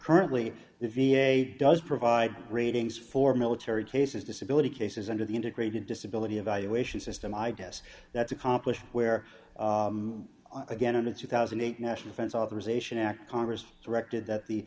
currently the v a does provide ratings for military cases disability cases under the integrated disability evaluation system i guess that's accomplished where again it's two thousand and eight national fence authorization act congress directed that